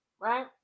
right